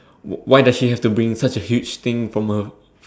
why does she have to bring such a huge thing from a